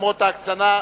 למרות ההקצנה,